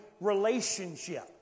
relationship